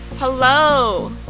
Hello